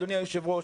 אדוני היושב-ראש,